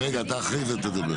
רגע, אתה אחרי זה תדבר.